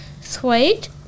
Sweet